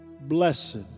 Blessed